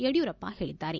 ಯಡಿಯೂರಪ್ಪ ಹೇಳಿದ್ದಾರೆ